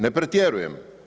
Ne pretjerujem.